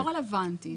השיפוץ הוא לא רלוונטי.